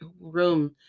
room